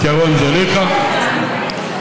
האזרחיות והאזרחים.